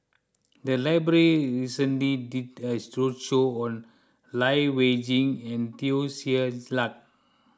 the library recently did a roadshow on Lai Weijie and Teo Ser Luck